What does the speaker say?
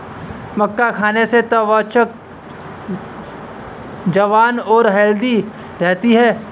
मक्का खाने से त्वचा जवान और हैल्दी रहती है